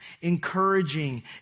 encouraging